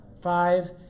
Five